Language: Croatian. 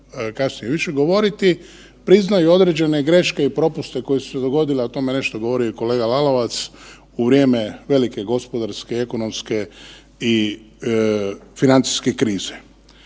kasnije više govoriti, priznaju određene greške i propuste koji su se dogodili, a o tome je nešto govorio i kolega Lalovac, u vrijeme velike gospodarske i ekonomske i financijske krize.